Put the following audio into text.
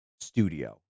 studio